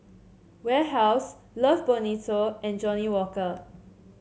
Warehouse Love Bonito and Johnnie Walker